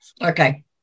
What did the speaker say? Okay